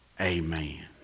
Amen